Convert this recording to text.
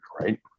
right